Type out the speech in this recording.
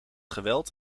geweld